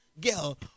girl